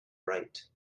right